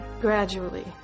gradually